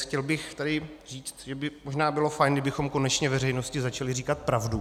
Chtěl bych tady říct, že by možná bylo fajn, kdybychom konečně veřejnosti začali říkat pravdu.